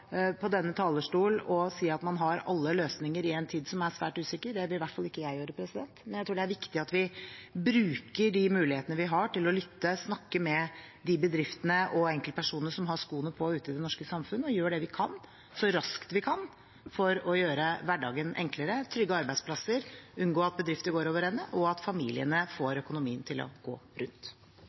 på denne talerstolen og si at man har alle løsninger i en tid som er svært usikker, det vil i hvert fall ikke jeg gjøre. Men jeg tror det er viktig at vi bruker de mulighetene vi har til å lytte, til å snakke med de bedriftene og enkeltpersonene som har skoene på ute i det norske samfunn, og gjøre det vi kan så raskt vi kan for å gjøre hverdagen enklere, trygge arbeidsplasser, unngå at bedrifter går over ende, og bidra til at familiene får økonomien til å gå rundt.